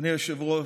אדוני היושב-ראש,